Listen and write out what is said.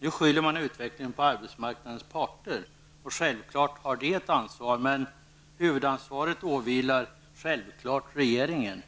Nu skyller man utvecklingen på arbetsmarknadens parter. Självklart har de ett ansvar, men huvudansvaret åvilar självklart regeringen